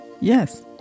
Yes